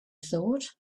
thought